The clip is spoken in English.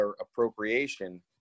appropriation